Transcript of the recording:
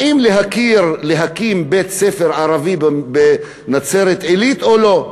האם להקים בית-ספר ערבי בנצרת-עילית או לא?